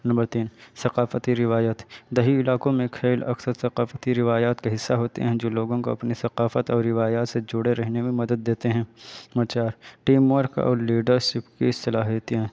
number تین ثقافتی روایت دیہی علاقوں میں کھیل اکثر ثقافتی روایات کا حصہ ہوتے ہیں جو لوگوں کو اپنی ثقافت اور روایات سے جڑے رہنے میں مدد دیتے ہیں نمبر چار ٹیم ورک اور لیڈرسپ کی صلاحیتیں